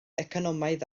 economaidd